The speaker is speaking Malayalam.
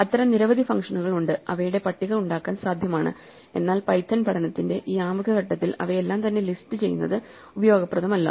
അത്തരം നിരവധി ഫംഗ്ഷനുകൾ ഉണ്ട് അവയുടെ പട്ടിക ഉണ്ടാക്കാൻ സാധ്യമാണ് എന്നാൽ പൈഥൺ പഠനത്തിന്റെ ഈ ആമുഖ ഘട്ടത്തിൽ അവയെല്ലാം തന്നെ ലിസ്റ്റ് ചെയ്യുന്നത് ഉപയോഗപ്രദമല്ല